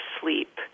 sleep